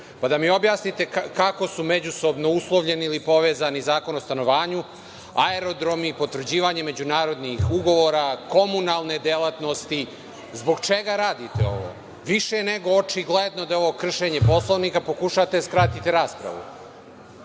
povezana. Objasnite mi kako su međusobno uslovljeni ili povezani Zakon o stanovanju, aerodromi, potvrđivanje međunarodnih ugovora, komunalne delatnosti? Zbog čega radite ovo? Više je nego očigledno da je ovo kršenje Poslovnika, pokušavate da skratite raspravu.